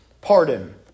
pardon